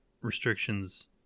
restrictions